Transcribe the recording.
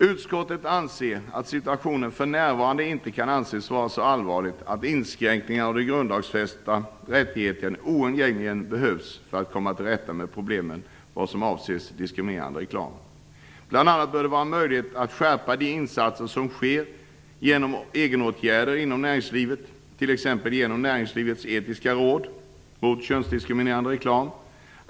Utskottet anser att situationen för närvarande inte kan anses vara så allvarlig att inskränkningar av de grundlagsfästa rättigheterna oundgängligen behövs för att komma till rätta med problemen vad avser diskriminerande reklam. Bl.a. bör det vara möjligt att skärpa de insatser som sker genom egenåtgärder inom näringslivet, t.ex. genom Näringslivets etiska råd mot könsdiskriminerande reklam.